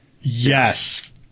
Yes